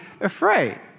afraid